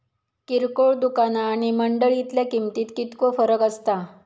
किरकोळ दुकाना आणि मंडळीतल्या किमतीत कितको फरक असता?